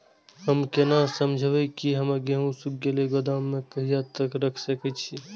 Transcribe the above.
हम केना समझबे की हमर गेहूं सुख गले गोदाम में कहिया तक रख सके छिये?